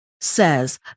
says